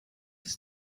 ist